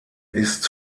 ist